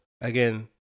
again